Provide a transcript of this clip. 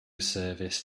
service